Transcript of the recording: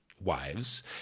wives